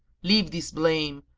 leave this blame,